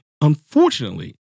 unfortunately